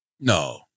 No